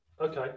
Okay